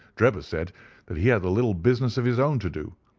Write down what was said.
drebber said that he had a little business of his own to do,